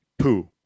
poo